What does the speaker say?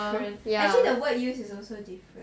different actually the words used is also different